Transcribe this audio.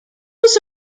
was